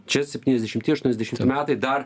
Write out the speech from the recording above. čia septyniasdešimti aštuoniasdešimti metai dar